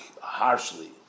harshly